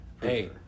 hey